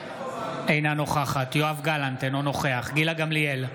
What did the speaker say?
אינה נוכחת יואב גלנט, אינו נוכח גילה גמליאל,